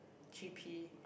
g_p